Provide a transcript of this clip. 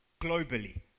Globally